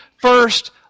first